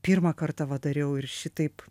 pirmą kartą va dariau ir šitaip